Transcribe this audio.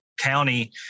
county